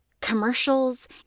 commercials